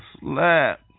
slap